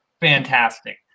fantastic